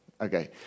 Okay